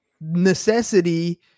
necessity –